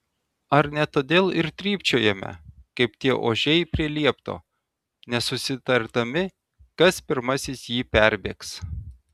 ar ne todėl ir trypčiojame kaip tie ožiai prie liepto nesusitardami kas pirmasis jį perbėgs